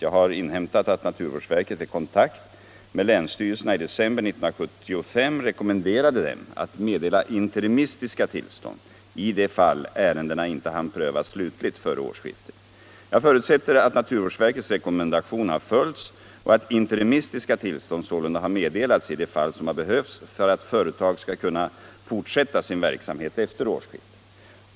Jag har inhämtat att naturvårdsverket vid kontakt med länsstyrelserna i december 1975 rekommenderade dem att meddela interimistiska tillstånd i de fall ärendena inte hann prövas slutligt före årsskiftet. Jag förutsätter att naturvårdsverkets rekommendation har följts och att interimistiska tillstånd sålunda har meddelats i de fall där det har behövts för att företag skulle kunna fortsätta sin verksamhet efter årsskiftet.